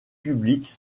publique